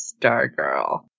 Stargirl